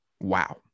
Wow